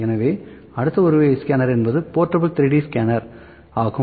எனவே அடுத்த ஒரு வகை ஸ்கேனர் என்பது போர்ட்டபிள் 3D ஸ்கேனர் ஆகும்